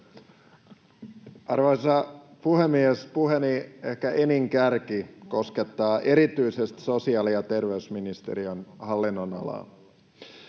Arvoisa puhemies! Puheeni ehkä enin kärki koskettaa erityisesti sosiaali- ja terveysministeriön hallinnonalaa.